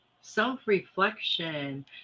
Self-reflection